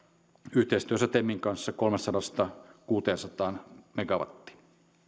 yhteistyössä temin kanssa kolmestasadasta kuuteensataan megawattiin